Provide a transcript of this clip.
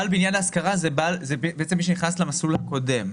בעל בניין להשכרה זה מי שנכנס למסלול הקודם.